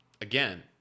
again